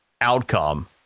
outcome